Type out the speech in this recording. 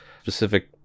specific